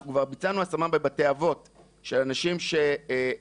אנחנו כבר ביצענו השמה בבתי אבות של אנשים שהם